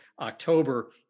October